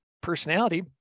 personality